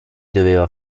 doveva